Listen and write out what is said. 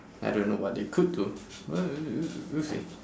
I don't know what they could do well w~ w~ w~ w~ we'll see